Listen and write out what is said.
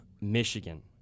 Michigan